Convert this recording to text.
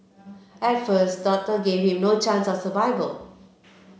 at first doctor gave him no chance of survival